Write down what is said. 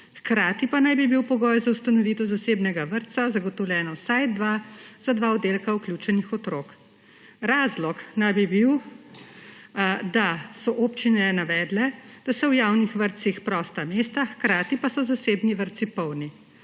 hkrati pa naj bi bil pogoj za ustanovitev zasebnega vrtca zagotovljenih vsaj za dva oddelka vključenih otrok. Razlog naj bi bil, da so občine navedle, da so v javnih vrtcih prosta mesta, hkrati pa so zasebni vrtci polni.